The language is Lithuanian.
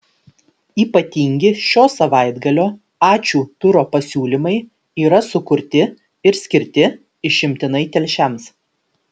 ypatingi šio savaitgalio ačiū turo pasiūlymai yra sukurti ir skirti išimtinai telšiams